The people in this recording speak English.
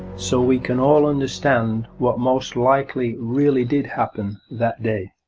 so we can all understand what most likely really did happen that day.